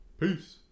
Peace